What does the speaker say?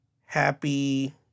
happy